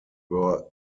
were